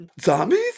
zombies